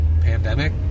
pandemic